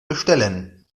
bestellen